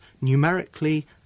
numerically